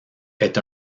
est